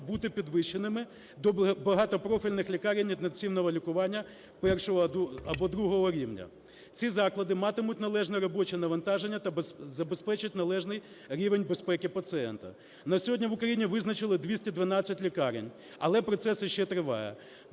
бути підвищеними до багатопрофільних лікарень інтенсивного лікування першого або другого рівня. Ці заклади матимуть належне робоче навантаження та забезпечать належний рівень безпеки пацієнта. На сьогодні в Україні визначили 212 лікарень, але процес іще триває.